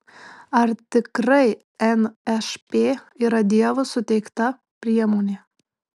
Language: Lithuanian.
ar tikrai nšp yra dievo suteikta priemonė